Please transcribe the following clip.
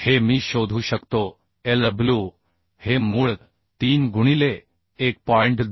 हे मी शोधू शकतो Lw हे मूळ 3 गुणिले 1